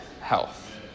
health